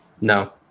No